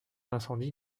incendie